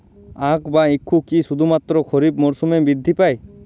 আখ বা ইক্ষু কি শুধুমাত্র খারিফ মরসুমেই বৃদ্ধি পায়?